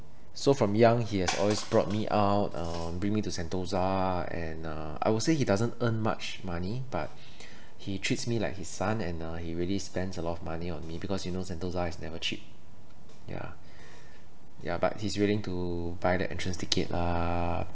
so from young he has always brought me out uh bring me to sentosa and uh I would say he doesn't earn much money but he treats me like his son and uh he really spends a lot of money on me because you know sentosa is never cheap ya ya but he's willing to buy the entrance ticket lah